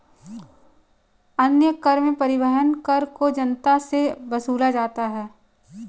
अन्य कर में परिवहन कर को जनता से वसूला जाता है